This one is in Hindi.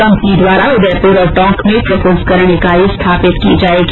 कंपनी द्वारा उदयपुर और टोंक में प्रस्करण इकाई स्थापित की जाएगी